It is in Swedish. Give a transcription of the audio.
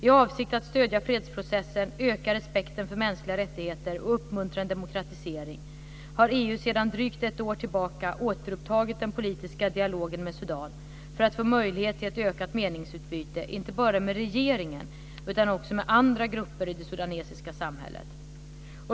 I avsikt att stödja fredsprocessen, öka respekten för mänskliga rättigheter och uppmuntra en demokratisering har EU sedan drygt ett år tillbaka återupptagit den politiska dialogen med Sudan, för att få möjlighet till ett ökat meningsutbyte, inte bara med regeringen utan också med andra grupper i det sudanesiska samhället.